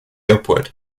upward